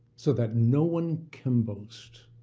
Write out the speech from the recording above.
so that no one can boast.